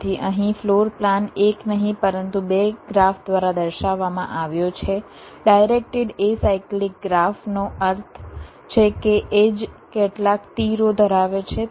તેથી અહીં floor plan એક નહીં પરંતુ બે ગ્રાફ દ્વારા દર્શાવવામાં આવ્યો છે ડાયરેક્ટેડ એસાયક્લિક ગ્રાફ નો અર્થ છે કે એડ્જ કેટલાક તીરો ધરાવે છે